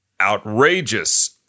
Outrageous